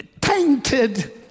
tainted